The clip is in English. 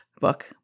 book